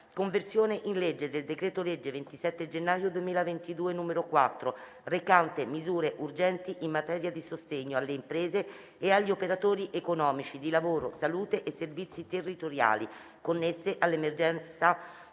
«Conversione in legge del decreto-legge 27 gennaio 2022, n. 4, recante misure urgenti in materia di sostegno alle imprese e agli operatori economici, di lavoro, salute e servizi territoriali, connesse all'emergenza da